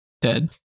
dead